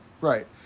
Right